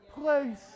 place